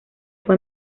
fue